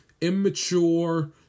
immature